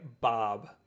Bob